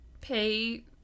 pay